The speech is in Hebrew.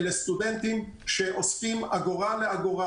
אלה סטודנטים שאוספים אגורה לאגורה